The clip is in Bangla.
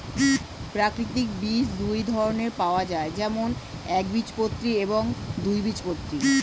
প্রাকৃতিক বীজ দুই ধরনের পাওয়া যায়, যেমন একবীজপত্রী এবং দুই বীজপত্রী